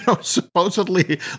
supposedly